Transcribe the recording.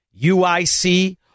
UIC